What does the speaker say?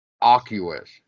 Oculus